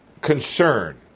concern